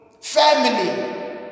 family